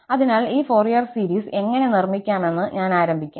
അതിനാൽ ഈ Fourier series എങ്ങനെ നിർമ്മിക്കാമെന്ന് ഞാൻ ആരംഭിക്കാം